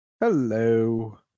hello